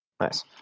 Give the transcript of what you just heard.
Nice